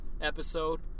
Episode